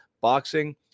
boxing